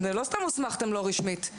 לא סתם הוסמכתם לא רשמית,